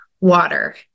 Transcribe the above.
water